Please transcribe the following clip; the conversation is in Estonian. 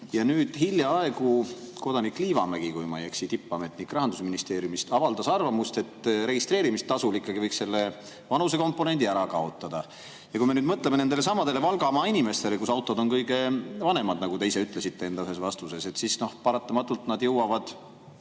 Nüüd hiljaaegu kodanik Liivamägi, kui ma ei eksi, tippametnik Rahandusministeeriumist, avaldas arvamust, et registreerimistasu puhul võiks ikkagi vanusekomponendi ära kaotada. Kui me nüüd mõtleme nendelesamadele Valgamaa inimestele, kus autod on kõige vanemad, nagu te ise ütlesite ühes vastuses, siis paratamatult need autod